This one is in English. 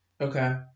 Okay